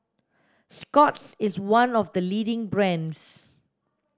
Scott's is one of the leading brands